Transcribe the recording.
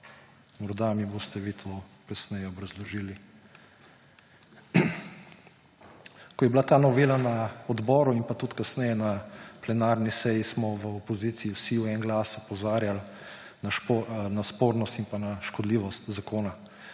Morda mi boste vi to kasneje obrazložili. Ko je bila ta novela na odboru in pa tudi kasneje na plenarni seji, smo v opoziciji vsi v en glas opozarjali na spornost in škodljivost zakona.